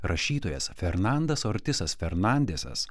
rašytojas fernandas ortisas fernandesas